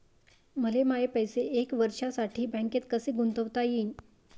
मले माये पैसे एक वर्षासाठी बँकेत कसे गुंतवता येईन?